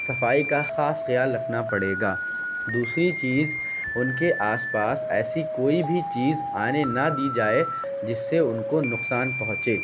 صفائی کا خاص خیال رکھنا پڑے گا دوسری چیز ان کے آس پاس ایسی کوئی بھی چیز آنے نہ دی جائے جس سے ان کو نقصان پہنچے